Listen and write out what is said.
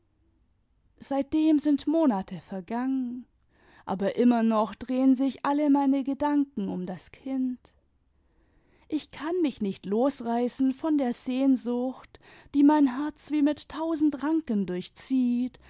seitdem sind monate vergangen aber immer noch drehen sich alle meine gedanken um das kind ich kann mich nicht losreißen von der sehnsucht die mein ken wie mit tausend ranken durchzieht